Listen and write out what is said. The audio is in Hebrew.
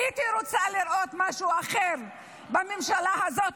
הייתי רוצה לראות משהו אחר בממשלה הזאת,